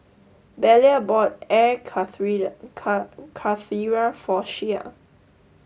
Belia bought Air Karthira for Shea